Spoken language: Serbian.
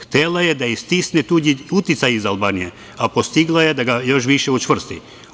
Htela je da istisne tuđi uticaj iz Albanije, a postigla je da ga još više učvrsti.